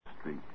Street